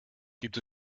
gibt